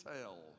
tell